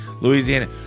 Louisiana